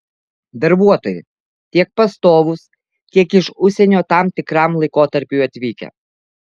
darbuotojai tiek pastovūs tiek iš užsienio tam tikram laikotarpiui atvykę